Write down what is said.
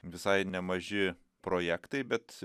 visai nemaži projektai bet